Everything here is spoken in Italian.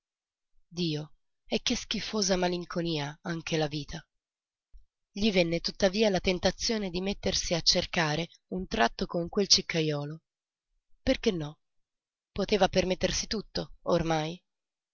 dio e che schifosa malinconia anche la vita gli venne tuttavia la tentazione di mettersi a cercare un tratto con quel ciccajolo perché no poteva permettersi tutto ormai